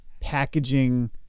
packaging –